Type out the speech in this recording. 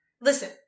Listen